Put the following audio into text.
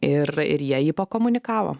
ir ir jie jį pakomunikavo